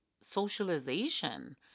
socialization